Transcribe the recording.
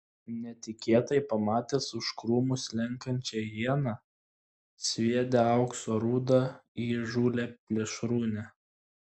netikėtai pamatęs už krūmų slenkančią hieną sviedė aukso rūdą į įžūlią plėšrūnę